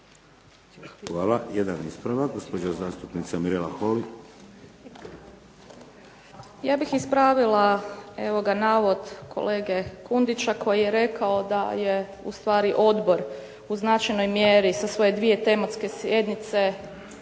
Hvala. Jedan ispravak, gospođa zastupnica Mirela Holy. **Holy, Mirela (SDP)** Ja bih ispravila navod kolege Kundića koji je rekao da je ustvari odbor u značajnoj mjeri sa svoje 2. tematske sjednice